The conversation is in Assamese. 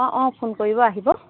অঁ অঁ ফোন কৰিব আহিব